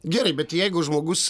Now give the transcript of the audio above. gerai bet jeigu žmogus